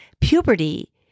Puberty